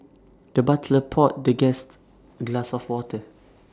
the butler poured the guest glass of water